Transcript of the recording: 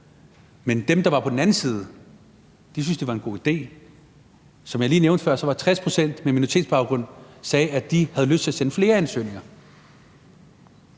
dem, der var på den anden side, at det var en god idé. Som jeg lige nævnte før, sagde 60 pct. med minoritetsbaggrund, at de havde lyst til at sende flere ansøgninger.